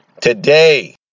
today